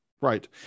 Right